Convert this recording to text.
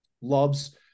loves